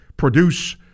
produce